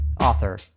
author